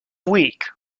week